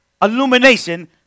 illumination